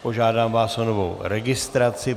Požádám vás o novou registraci.